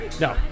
No